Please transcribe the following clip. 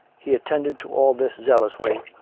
he attended to all this zealously,